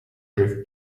drift